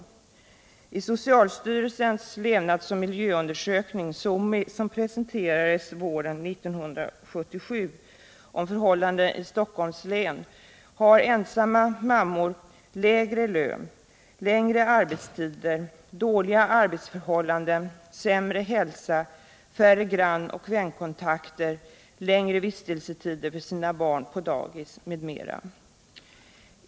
Enligt socialstyrelsens levnadsoch miljöundersökning — SOMI — som presenterades våren 1977 om förhållandena i Stockholms län har ensamma mammor lägre lön, längre arbetstider, dåliga arbetsförhållanden, sämre hälsa, färre grannoch vänkontakter, längre vistelsetider för sina barn på dagis m.m.